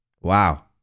Wow